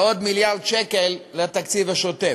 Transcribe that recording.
ועוד מיליארד שקל לתקציב השוטף.